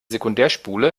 sekundärspule